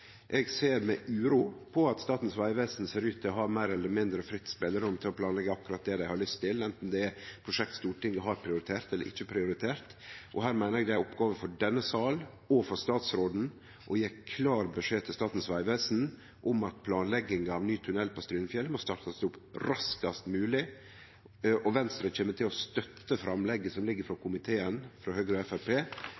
Eg ser med uro på at Statens vegvesen ser ut til å ha meir eller mindre fritt spelerom til å planleggje akkurat det dei har lyst til, anten det er prosjekt som Stortinget har eller ikkje har prioritert. Her meiner eg det er ei oppgåve for denne salen og for statsråden å gje klar beskjed til Statens vegvesen om at planlegginga av ny tunnel på Strynefjellet må startast opp raskast mogleg. Venstre kjem til å støtte framlegget som ligg føre frå